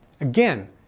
Again